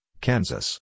Kansas